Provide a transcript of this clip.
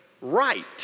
right